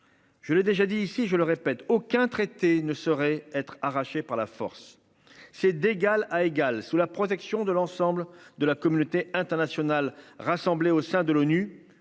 Je l'ai déjà dit ici, je le répète, aucun traité ne saurait être arrachés par la force. C'est d'égal à égal, sous la protection de l'ensemble de la communauté internationale, rassemblés au sein de l'ONU